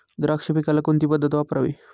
द्राक्ष पिकाला कोणती पद्धत वापरावी?